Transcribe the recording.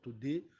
today